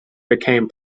became